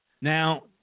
Now